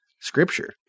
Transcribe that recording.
scripture